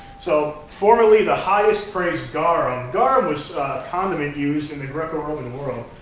so, formerly, the highest-praised garum garum was a condiment used in the greco-roman world,